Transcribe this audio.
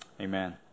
Amen